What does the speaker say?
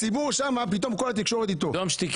פתאום כול התקשורת עם הציבור שם,